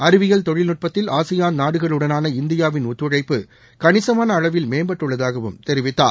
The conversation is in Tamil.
அறிவியல் தொழில்நுட்பத்தில் ஆசியான் நாடுகளுடனான இந்தியாவின் ஒத்துழைப்பு கணிசமானஅளவில் மேம்பட்டுள்ளதாகவும் தெரிவித்தார்